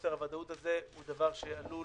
חוסר הוודאות הזה הוא דבר שעלול